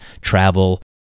travel